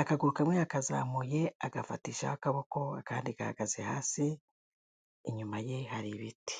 akaguru kamwe yakazamuye agafatashaho akaboko akandi gahagaze hasi, inyuma ye hari ibiti.